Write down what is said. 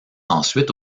ensuite